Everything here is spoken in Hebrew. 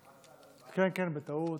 כן, בבקשה אדוני,